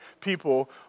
people